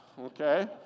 okay